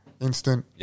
Instant